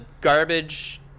garbage